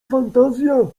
fantazja